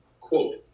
Quote